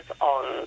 on